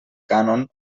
cànon